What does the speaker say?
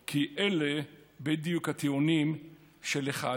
כי אלה בדיוק הטיעונים של אחד,